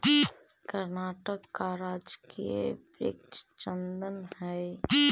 कर्नाटक का राजकीय वृक्ष चंदन हई